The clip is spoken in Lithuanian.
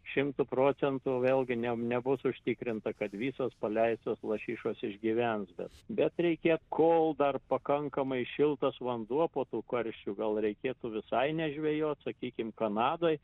šimtu procentų vėlgi ne nebus užtikrinta kad visos paleistos lašišos išgyvens bet bet reikia kol dar pakankamai šiltas vanduo po tų karščių gal reikėtų visai nežvejot sakykim kanadoj